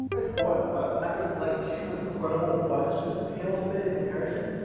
that's good, but after like two incredible bunch these pales a bit in comparison